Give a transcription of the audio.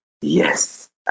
Yes